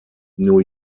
new